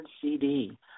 CD